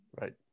right